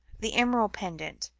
the emerald pendant,